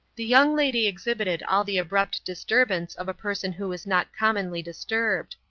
the young lady exhibited all the abrupt disturbance of a person who is not commonly disturbed.